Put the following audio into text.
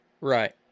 Right